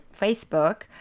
Facebook